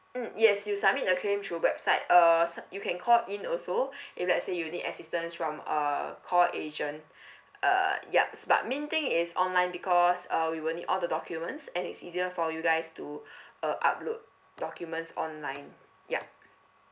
mm yes you submit the claim through website uh sub~ you can call in also if let's say you need assistance from uh call agent uh yup but main thing is online because uh we will need all the documents and it's easier for you guys to uh upload documents online ya